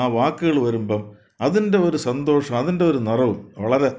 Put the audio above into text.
ആ വാക്കുകൾ വരുമ്പം അതിൻ്റെ ഒരു സന്തോഷം അതിൻ്റെ ഒരു നിറവും വളരെ